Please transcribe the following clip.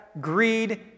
greed